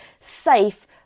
safe